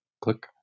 click